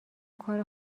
کار